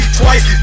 twice